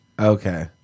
Okay